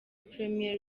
premier